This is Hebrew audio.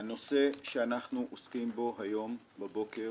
הנושא שאנחנו עוסקים בו היום בבוקר